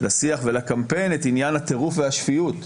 לשיח ולקמפיין את עניין הטירוף והשפיות.